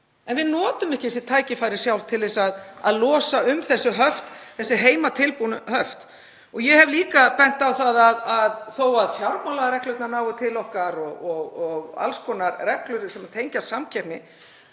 En við notum ekki þessi tækifæri sjálf til að losa um þessi höft, þessi heimatilbúnu höft. Ég hef líka bent á það að þó að fjármálareglurnar nái til okkar og alls konar reglur sem tengjast samkeppni